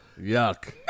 Yuck